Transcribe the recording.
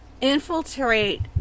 infiltrate